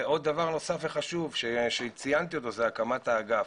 ועוד דבר נוסף וחשוב שציינתי אותו הקמת האגף.